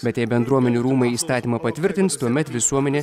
bet jei bendruomenių rūmai įstatymą patvirtins tuomet visuomenė